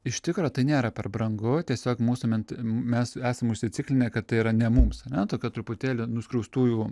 iš tikro tai nėra per brangu tiesiog mūsų ment mes esam užsiciklinę kad tai yra ne mums ar ne tokia truputėlį nuskriaustųjų